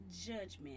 judgment